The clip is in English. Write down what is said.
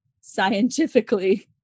scientifically